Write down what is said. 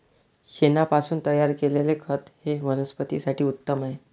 शेणापासून तयार केलेले खत हे वनस्पतीं साठी उत्तम आहे